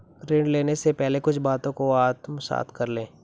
ऋण लेने से पहले कुछ बातों को आत्मसात कर लें